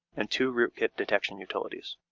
and two rootkit detection utilities.